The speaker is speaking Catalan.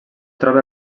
troba